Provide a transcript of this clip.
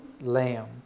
Lamb